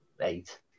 eight